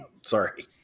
Sorry